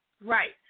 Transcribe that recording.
Right